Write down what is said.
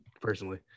Personally